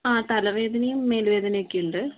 ആ തലവേദനയും മേല് വേദനയൊക്കെയുണ്ട്